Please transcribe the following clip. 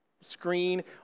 screen